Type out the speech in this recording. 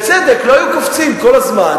לא היו קופצים כל הזמן,